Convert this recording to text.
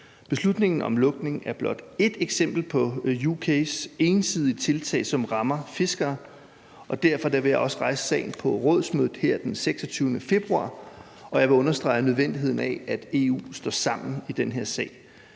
Beslutningen om en lukning er blot ét eksempel på UK's ensidige tiltag, som rammer fiskere, og derfor vil jeg også rejse sagen på rådsmødet her den 26. februar, og jeg vil understrege nødvendigheden af, at EU står sammen i den her sag,